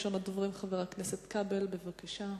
ראשון הדוברים, חבר הכנסת כבל, בבקשה.